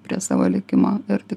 prie savo likimo ir tik